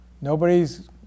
Nobody's